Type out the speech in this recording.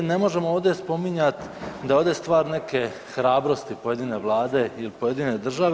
Ne možemo ovdje spominjat da je ovdje stvar neke hrabrosti pojedine vlade ili pojedine države.